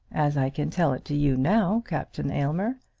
as i can tell it to you now, captain aylmer.